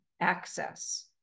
access